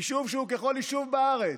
יישוב שהוא ככל יישוב בארץ.